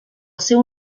seu